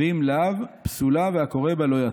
ואם לאו, פסולה, והקורא בה לא יצא.